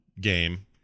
game